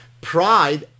Pride